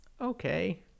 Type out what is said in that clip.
okay